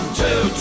two